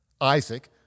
Isaac